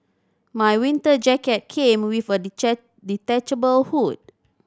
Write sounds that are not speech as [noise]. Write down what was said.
my winter jacket came with a [unintelligible] detachable hood